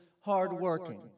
hardworking